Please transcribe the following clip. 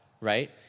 right